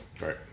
right